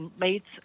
mates